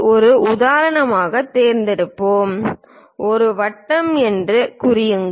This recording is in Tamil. ஒரு உதாரணத்தைத் தேர்ந்தெடுப்போம் ஒரு வட்டம் என்று கூறுங்கள்